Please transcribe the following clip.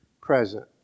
present